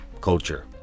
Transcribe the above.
culture